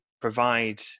provide